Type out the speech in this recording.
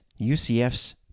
UCF's